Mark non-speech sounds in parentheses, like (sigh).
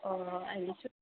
অঁ (unintelligible)